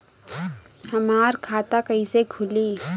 हमार खाता कईसे खुली?